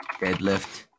deadlift